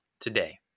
today